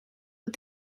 but